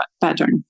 pattern